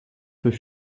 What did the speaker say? peut